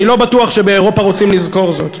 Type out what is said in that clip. אני לא בטוח שבאירופה רוצים לזכור זאת.